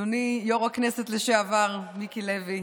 אדוני יו"ר הכנסת מיקי לוי,